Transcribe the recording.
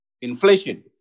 inflation